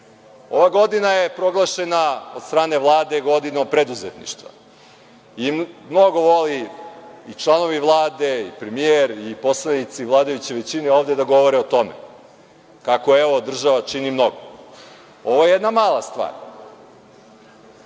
godina je proglašena od strane Vlade godinom preduzetništva. Mnogo vole i članovi Vlade i premijer i poslanici vladajuće većine ovde da govore o tome kako, evo, država čini mnogo. Ovo je jedna mala stvar.